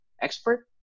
expert